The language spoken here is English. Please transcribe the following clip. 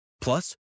Plus